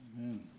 Amen